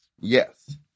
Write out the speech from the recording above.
Yes